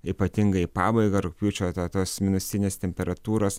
ypatingai į pabaigą rugpjūčio ta tos minusinės temperatūros